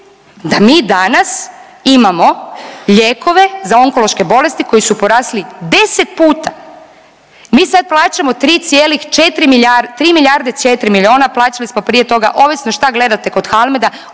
da mi danas imamo lijekove za onkološke bolesti koji su porasli 10 puta. Mi sad plaćamo 3,4 milijarde, 3 milijarde 4 miliona plaćali smo prije toga ovisno šta gledate kod HALMED-a